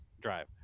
drive